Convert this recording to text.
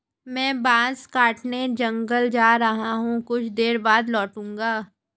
मैं बांस काटने जंगल जा रहा हूं, कुछ देर बाद लौटूंगा